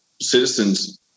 citizens